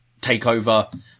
Takeover